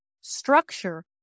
structure